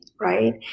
right